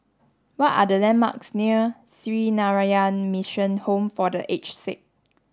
what are the landmarks near Sree Narayana Mission Home for The Aged Sick